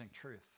truth